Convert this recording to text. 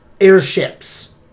airships